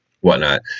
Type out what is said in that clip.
whatnot